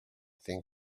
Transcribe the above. thing